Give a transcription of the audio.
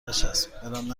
بچسب، ولم